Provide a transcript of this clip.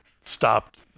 stopped